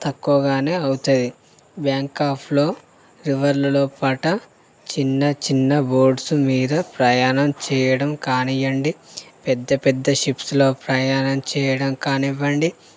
తక్కువగానే అవుతుంది బ్యాంకాక్లో రివర్లలో పాట చిన్నచిన్న బోట్స్ మీద ప్రయాణం చేయడం కానివ్వండి పెద్దపెద్ద షిప్స్లో ప్రయాణం చేయడం కానివ్వండి